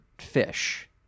Fish